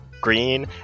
green